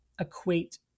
equate